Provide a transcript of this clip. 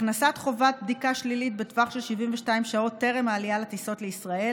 הכנסת חובת בדיקה שלילית בטווח של 72 שעות טרם העלייה לטיסות לישראל